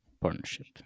Partnership